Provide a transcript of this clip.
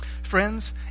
Friends